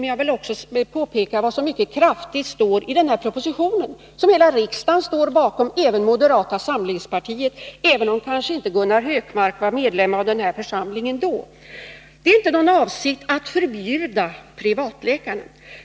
Men jag vill också peka på vad som mycket kraftigt står i den här propositionen, som alla i riksdagen står bakom — även moderata samlingspartiet, även om kanske inte Gunnar Hökmark var medlem i den här församlingen då. Det är inte någon avsikt att förbjuda privatläkarna.